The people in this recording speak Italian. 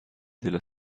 della